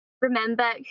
Remember